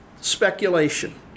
Speculation